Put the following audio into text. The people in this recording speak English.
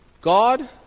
God